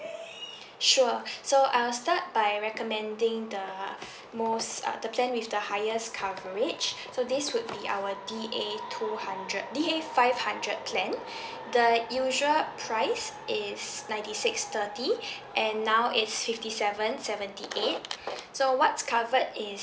sure so I'll start by recommending the most uh the plan with the highest coverage so this would be our D_A two hundred D_A five hundred plan the usual price is ninety six thirty and now is fifty seven seventy eight so what's covered is